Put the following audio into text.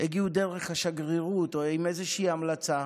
שהגיעו דרך השגרירות או עם איזושהי המלצה,